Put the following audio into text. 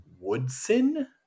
Woodson